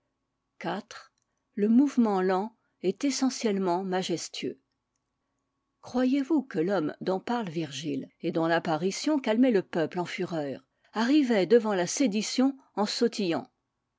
iv le mouvement lent est essentiellement majestueux croyez-vous que l'homme dont parle virgile et dont l'apparition calmait le peuple en fureur arrivait devant la sédition en sautillant